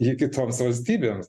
jį kitoms valstybėms